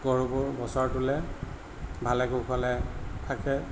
গৰুবোৰ বছৰটোলৈ ভালে কুশলে থাকে